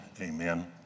Amen